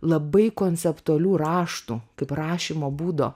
labai konceptualių raštų kaip rašymo būdo